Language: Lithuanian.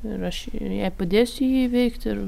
ir aš jai padėsiu jį įveikt ir